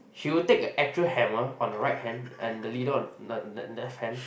she will take a actual hammer on the right hand and the leader on the the left hand